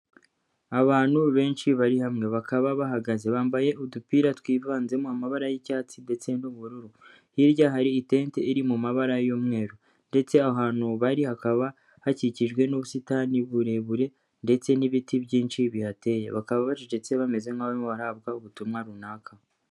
Abantu benshi bari hamwe, bakaba bahagaze bambaye udupira twivanzemo amabara y'icyatsi ndetse n'ubururu, hirya hari itente iri mu mabara y'umweru ndetse aho hantu bari hakaba hakikijwe n'ubusitani burebure ndetse n'ibiti byinshi bihateye, bakaba bacecetse bameze nkaho barimo barahabwa ubutumwa runaka.